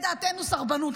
תהא דעתנו סרבנות,